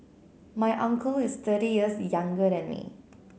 my uncle is thirty years younger than me